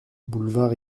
boulevard